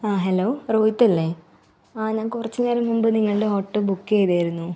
ആ ഹാലോ റൊഹിത്തല്ലെ ആ ഞാൻ കുറച്ച് നേരം മുമ്പ് നിങ്ങളുടെ ഓട്ടോ ബുക്ക് ചെയ്തിരുന്നു